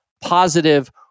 positive